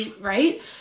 right